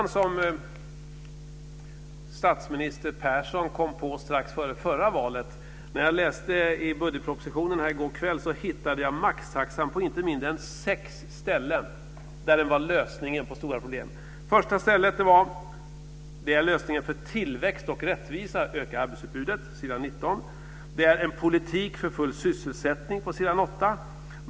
Statsminister Persson kom på maxtaxan strax före förra valet. När jag läste i budgetpropositionen i går kväll hittade jag maxtaxan på inte mindre än sex ställen, där den var lösningen på stora problem. På första stället stod att det är lösningen för tillväxt och rättvisa och för att öka arbetsutbudet - s. 19. Det är en politik för full sysselsättning, står det på s. 8.